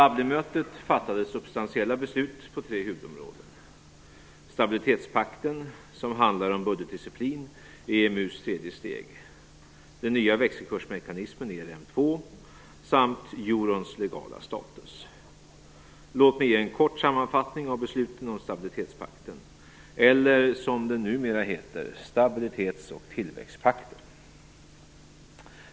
Dublinmötet fattade substantiella beslut på tre huvudområden: stabilitetspakten, som handlar om budgetdisciplin i Låt mig ge en kort sammanfattning av besluten om stabilitetspakten, eller som den numera heter: stabilitets och tillväxtpakten.